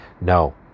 No